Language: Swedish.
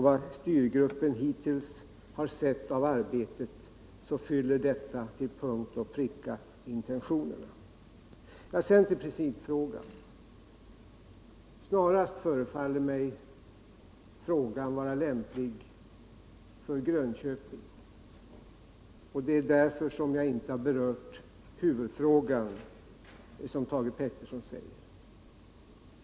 Vad styrgruppen hittills har sett av arbetet fyller det till punkt och pricka intentionerna. Sedan några ord om principfrågan. Den förefaller mig snarast vara lämplig för Grönköping. Det är därför jag inte har berört den huvudfråga som Thage Peterson har ställt.